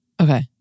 Okay